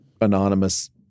anonymous